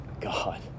God